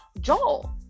Joel